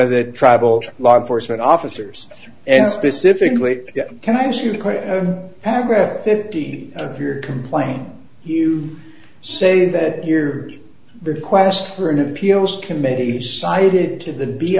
of the tribal law enforcement officers and specifically can i ask you to paragraph fifty of your complaint you say that your request for an appeals committee decided to the b